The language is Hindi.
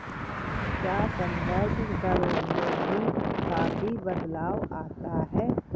क्या संदर्भ दरों में भी काफी बदलाव आता है?